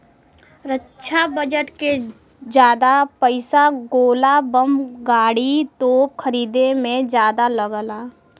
रक्षा budget के जादा पइसा गोला बम गाड़ी, तोप खरीदे में जादा लगला